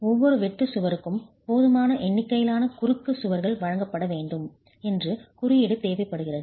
ஒவ்வொரு வெட்டு சுவருக்கும் போதுமான எண்ணிக்கையிலான குறுக்கு சுவர்கள் வழங்கப்பட வேண்டும் என்று குறியீடு தேவைப்படுகிறது